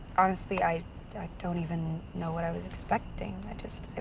honestly, i i don't even know what i was expecting. i just i.